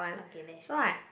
okay that's great